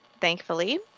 thankfully